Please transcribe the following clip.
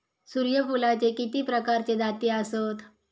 सूर्यफूलाचे किती प्रकारचे जाती आसत?